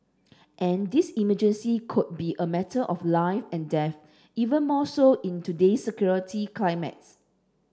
and this emergency could be a matter of life and death even more so in today's security climates